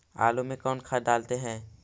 आलू में कौन कौन खाद डालते हैं?